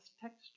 texture